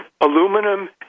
aluminum